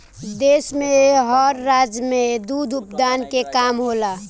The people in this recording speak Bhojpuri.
देश में हर राज्य में दुध उत्पादन के काम होला